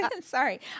Sorry